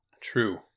True